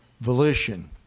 volition